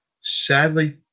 Sadly